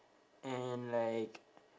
and like